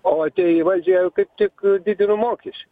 o atėję į valdžią jie kaip tik didino mokeš